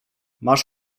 masz